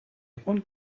want